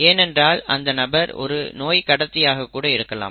ஏனென்றால் அந்த நபர் ஒரு நோய் கடத்தியாக கூட இருக்கலாம்